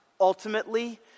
ultimately